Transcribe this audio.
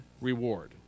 reward